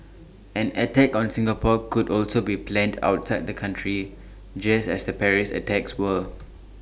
an attack on Singapore could also be planned outside the country just as the Paris attacks were